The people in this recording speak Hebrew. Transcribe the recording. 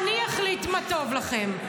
אני אחליט מה טוב לכם.